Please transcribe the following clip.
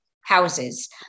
houses